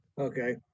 Okay